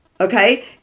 Okay